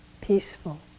peaceful